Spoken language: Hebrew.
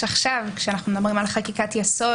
עכשיו כשאנחנו מדברים על חקיקת יסוד,